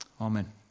Amen